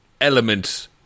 element